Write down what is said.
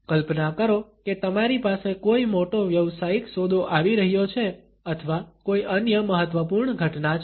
કલ્પના કરો કે તમારી પાસે કોઈ મોટો વ્યવસાયિક સોદો આવી રહ્યો છે અથવા કોઈ અન્ય મહત્વપૂર્ણ ઘટના છે